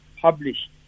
published